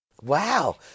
Wow